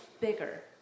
bigger